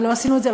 ולא עשינו את זה,